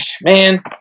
man